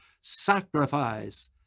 sacrifice